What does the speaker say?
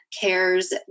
cares